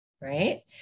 Right